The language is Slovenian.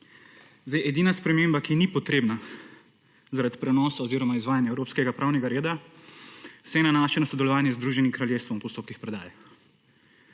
Edina sprememba, ki ni potrebna zaradi prenosa oziroma izvajanja evropskega pravnega reda, se nanaša na sodelovanje z Združenim kraljestvom v postopkih predaje.